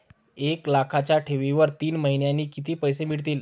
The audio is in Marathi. एक लाखाच्या ठेवीवर तीन महिन्यांनी किती पैसे मिळतील?